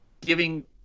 giving